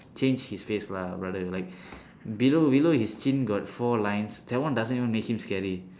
change his face lah brother like below below his chin got four lines that one doesn't even make him scary